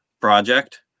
project